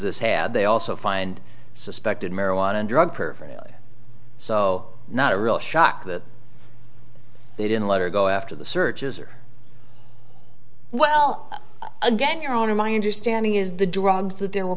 this had they also find suspected marijuana and drug paraphernalia so not a real shock that they didn't let her go after the searches or well again your honor my understanding is the drugs that there w